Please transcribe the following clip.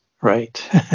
Right